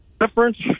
difference